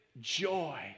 Joy